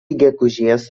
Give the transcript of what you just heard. gegužės